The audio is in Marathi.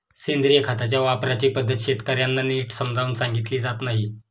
सेंद्रिय खताच्या वापराची पद्धत शेतकर्यांना नीट समजावून सांगितली जात नाही